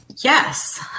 Yes